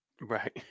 Right